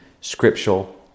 scriptural